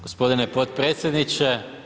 Gospodine potpredsjedniče.